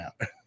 out